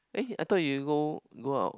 eh I thought you go go out